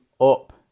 up